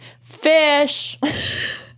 fish